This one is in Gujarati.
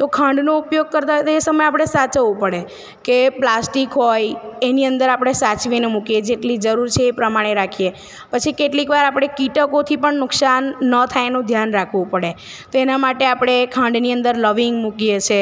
તો ખાંડનો ઉપયોગ કરતા તે સમયે આપણે સાચવવું પડે કે પ્લાસ્ટિક હોય એની અંદર આપળે સાચવીને મૂકીએ જેટલી જરૂર છે એ પ્રમાણે રાખીએ પછી કેટલીક વાર આપણે કીટકોથી પણ નુકશાન ન થાય એનું ધ્યાન રાખવું પડે તો એના માટે આપણે એ ખાંડની અંદર લવિંગ મૂકીએ છે